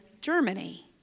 Germany